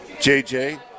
JJ